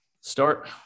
start